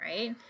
right